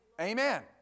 Amen